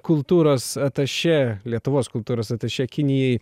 kultūros atašė lietuvos kultūros atašė kinijai